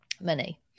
money